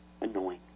annoying